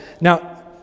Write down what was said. now